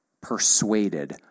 persuaded